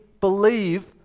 believe